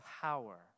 power